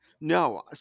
No